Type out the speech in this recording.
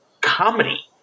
comedy